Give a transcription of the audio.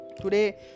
Today